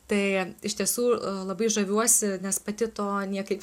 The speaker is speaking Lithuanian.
tai iš tiesų labai žaviuosi nes pati to niekaip